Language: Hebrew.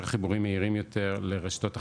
חיבורים מהירים יותר לרשתות החלוקה.